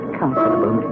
comfortable